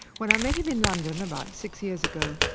when i met him in london about six years ago,